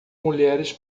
mulheres